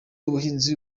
ubuhinzi